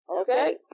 okay